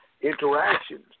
Interactions